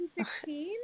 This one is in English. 2016